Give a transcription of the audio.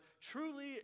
truly